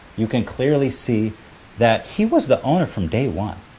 you can clearly see that he was the owner from day one.